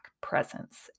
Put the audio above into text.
presence